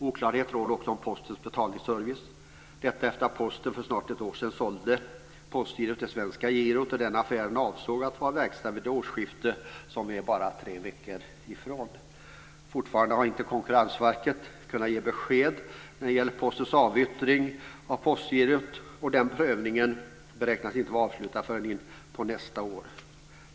Oklarhet råder också om Postens betalningsservice, detta efter att Posten för snart ett år sedan sålde postgirot till Svenska girot. Den affären avsågs att vara verkställd vid det årsskifte som kommer om bara ett par tre veckor. Konkurrensverket har fortfarande inte kunnat ge ett besked om Postens avyttring av postgirot. Den prövningen beräknas inte vara avslutad förrän in på nästa år.